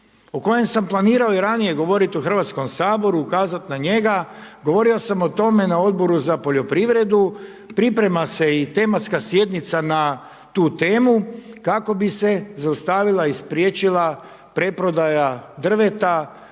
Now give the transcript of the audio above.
o kojem sam planirao i ranije govoriti u Hrvatskom saboru, ukazao sam na njega, govorio sam o tome na Odboru za poljoprivredu, priprema se i tematska sjednica na tu temu, kako bi se zaustavila i spriječila preprodaja drveta,